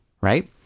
right